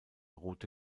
rote